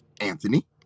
Anthony